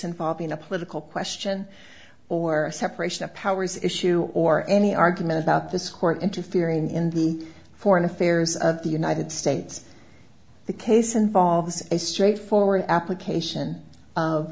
involving a political question or a separation of powers issue or any argument about this court interfering in the foreign affairs of the united states the case involves a straightforward application